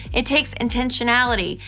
it takes intentionality.